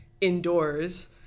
indoors